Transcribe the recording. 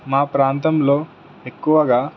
మా ప్రాంతంలో ఎక్కువగా